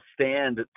stand